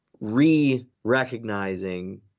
re-recognizing